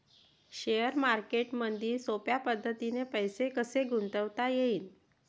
Share मार्केटमधी सोप्या पद्धतीने पैसे कसे गुंतवता येईन?